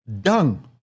dung